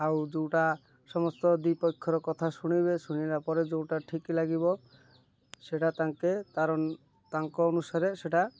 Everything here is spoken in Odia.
ଆଉ ଯେଉଁଟା ସମସ୍ତ ଦୁଇ ପକ୍ଷର କଥା ଶୁଣିବେ ଶୁଣିଲା ପରେ ଯେଉଁଟା ଠିକ୍ ଲାଗିବ ସେଇଟା ତାଙ୍କେ ତାର ତାଙ୍କ ଅନୁସାରେ ସେଇଟା